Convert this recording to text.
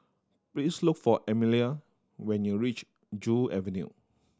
please look for Emelia when you reach Joo Avenue